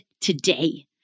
today